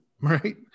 right